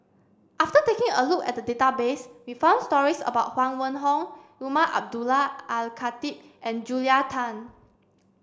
after taking a look at the database we found stories about Huang Wenhong Umar Abdullah Al Khatib and Julia Tan